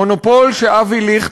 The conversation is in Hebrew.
מונופול שאבי ליכט,